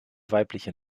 weibliche